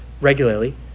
regularly